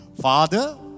Father